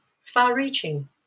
far-reaching